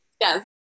Yes